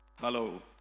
Hello